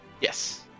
Yes